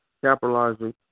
capitalizing